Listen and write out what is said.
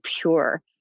pure